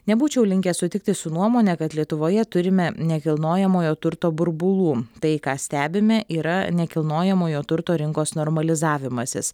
nebūčiau linkęs sutikti su nuomone kad lietuvoje turime nekilnojamojo turto burbulų tai ką stebime yra nekilnojamojo turto rinkos normalizavimasis